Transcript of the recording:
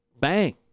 bang